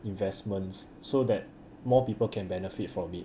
investments so that more people can benefit from it